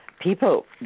people